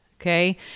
Okay